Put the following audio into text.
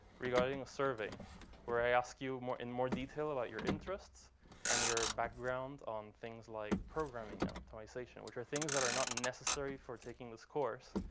regarding a survey where i ask you in more detail about your interests and your background on things like programming and optimization, which are things that are not necessary for taking this course.